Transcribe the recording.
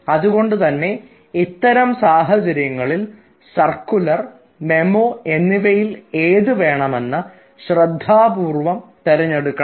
അതുകൊണ്ടുതന്നെ ഇത്തരം സാഹചര്യങ്ങളിൽ സർക്കുലർ മെമ്മോ എന്നിവയിൽ ഏത് വേണമെന്ന് ശ്രദ്ധാപൂർവ്വം തെരഞ്ഞെടുക്കണം